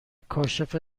کاشف